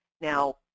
Now